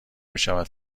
میشود